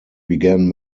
began